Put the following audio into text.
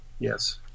yes